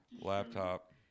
laptop